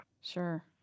Sure